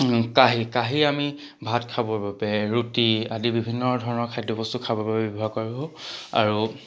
কাঁহী কাঁহী আমি ভাত খাবৰ বাবে ৰুটি আদি বিভিন্ন ধৰণৰ খাদ্য বস্তু খাবৰ বাবে ব্যৱহাৰ কৰো আৰু